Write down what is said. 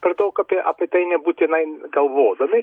per daug apie apie tai nebūtinai galvodami